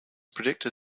projected